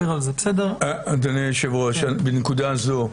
אדוני היושב-ראש, בנקודה זו,